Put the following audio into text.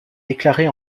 déclarée